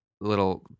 Little